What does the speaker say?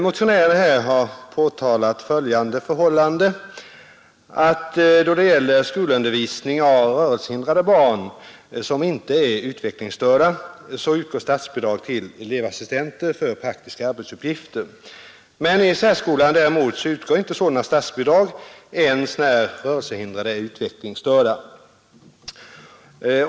Motionärerna har påtalat det förhållandet att för skolundervisning av rörelsehindrade barn, som inte är utvecklingsstörda, utgår statsbidrag till elevassistenter för praktiska arbetsuppgifter, men i särskolan utgår inte sådana statsbidrag ens när rörelsehindrade är utvecklingsstörda.